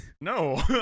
No